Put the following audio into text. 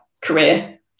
career